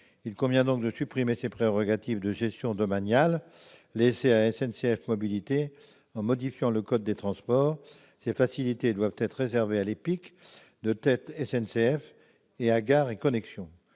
Il convient donc de supprimer ces prérogatives de gestion domaniale laissées à SNCF Mobilités, en modifiant le code des transports. Ces facilités doivent être réservées à l'EPIC de tête SNCF et à Gares & Connexions.